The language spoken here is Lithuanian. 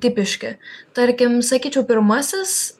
tipiški tarkim sakyčiau pirmasis